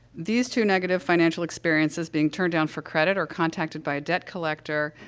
these two negative financial experiences being turned down for credit or contacted by a debt collector